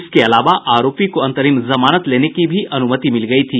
इसके अलावा आरोपी को अंतरिम जमानत लेने की अनुमति भी मिल गयी थी